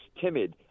timid